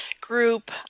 group